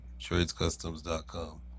TradesCustoms.com